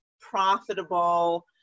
profitable